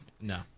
No